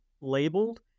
labeled